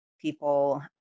People